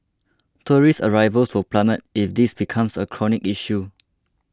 tourist arrivals will plummet if this becomes a chronic issue